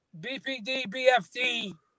BPD-BFD